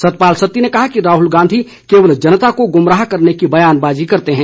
सतपाल सत्ती ने कहा कि राहुल गांधी केवल जनता को गुमराह करने की बयानबाजी करते हैं